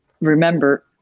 remember